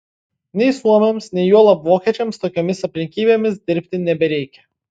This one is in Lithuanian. nei suomiams nei juolab vokiečiams tokiomis aplinkybėmis dirbti nebereikia